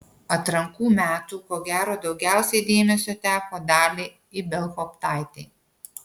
atrankų metų ko gero daugiausiai dėmesio teko daliai ibelhauptaitei